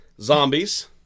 zombies